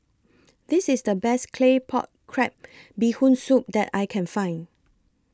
This IS The Best Claypot Crab Bee Hoon Soup that I Can Find